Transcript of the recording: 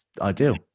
Ideal